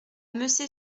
messey